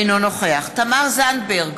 אינו נוכח תמר זנדברג,